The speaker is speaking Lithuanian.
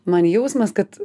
man jausmas kad